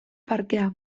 parkea